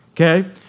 Okay